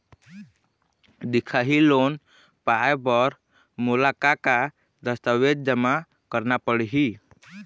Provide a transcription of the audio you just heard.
दिखाही लोन पाए बर मोला का का दस्तावेज जमा करना पड़ही?